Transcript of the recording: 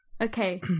Okay